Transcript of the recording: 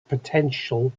potential